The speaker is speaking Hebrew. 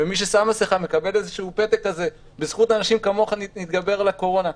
ומי ששם מסכה מקבל איזה פתק: "בזכות אנשים כמוך נתגבר על הקורונה".